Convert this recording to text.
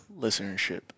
Listenership